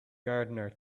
gardener